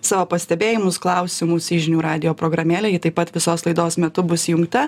savo pastebėjimus klausimus į žinių radijo programėlę ji taip pat visos laidos metu bus įjungta